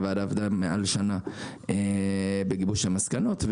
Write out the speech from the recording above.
הוועדה עבדה מעל שנה בגיבוש המסקנות.